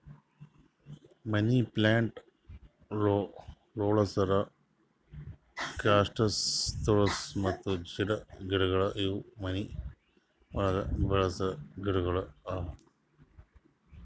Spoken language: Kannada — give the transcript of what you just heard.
ಮನಿ ಪ್ಲಾಂಟ್, ಲೋಳೆಸರ, ಕ್ಯಾಕ್ಟಸ್, ತುಳ್ಸಿ ಮತ್ತ ಜೀಡ್ ಗಿಡಗೊಳ್ ಇವು ಮನಿ ಒಳಗ್ ಬೆಳಸ ಗಿಡಗೊಳ್ ಅವಾ